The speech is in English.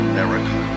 America